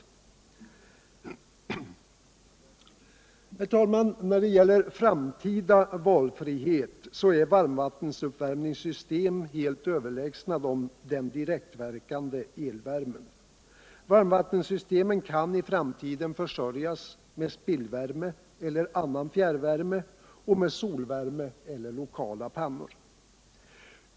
Herr talman! När det gäller framtida valfrihet är varmvattenuppvärmningssystemen helt överlägsna den direktverkande elvärmen. Varmvattensystemen kan i framtiden försörjas med spillvärme etter annan fjärrvärme och med solvärme eller lokala pannor.